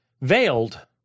veiled